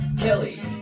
Kelly